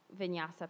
vinyasa